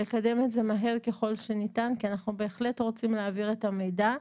לקדם את זה מהר ככל שניתן כי אנחנו בהחלט רוצים להעביר את המידע,